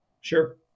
sure